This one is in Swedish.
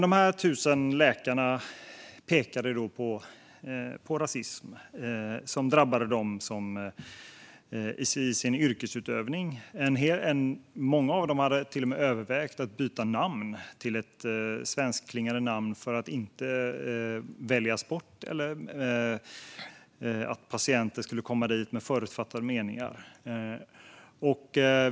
De här tusen läkarna pekade alltså på rasism som drabbar dem i deras yrkesutbildning. Många av dem hade till och med övervägt att byta till ett svenskklingande namn för att inte väljas bort eller för att patienter inte skulle ha förutfattade meningar inför besöket.